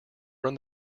run